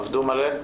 עבדו מלא?